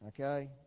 okay